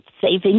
saving